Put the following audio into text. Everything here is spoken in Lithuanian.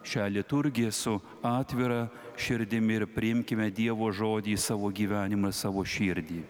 šią liturgiją su atvira širdimi ir priimkime dievo žodį į savo gyvenimą savo širdį